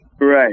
Right